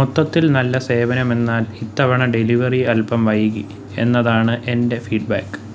മൊത്തത്തിൽ നല്ല സേവനം എന്നാൽ ഇത്തവണ ഡെലിവറി അൽപ്പം വൈകി എന്നതാണ് എൻ്റെ ഫീഡ്ബാക്ക്